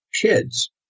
kids